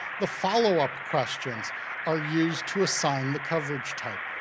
the follow-up questions are used to assign the coverage type.